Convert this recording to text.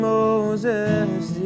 Moses